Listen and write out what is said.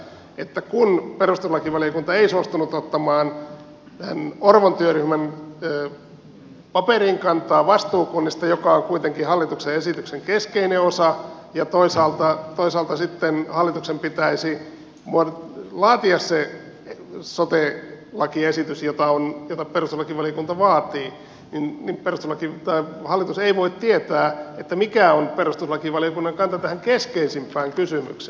se on se että kun perustuslakivaliokunta ei suostunut ottamaan tähän orpon työryhmän paperiin kantaa vastuukunnista joka on kuitenkin hallituksen esityksen keskeinen osa ja toisaalta sitten hallituksen pitäisi laatia se sote lakiesitys jota perustuslakivaliokunta vaatii niin hallitus ei voi tietää mikä on perustuslakivaliokunnan kanta tähän keskeisimpään kysymykseen